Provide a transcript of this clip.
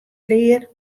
klear